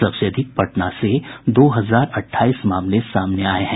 सबसे अधिक पटना से दो हजार अठाईस मामले सामने आए हैं